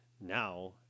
now